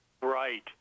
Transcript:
Right